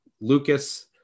Lucas